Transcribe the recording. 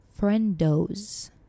friendos